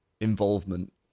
involvement